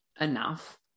enough